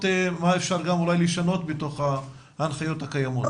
אולי אפשר לשנות בתוך ההנחיות הקיימות.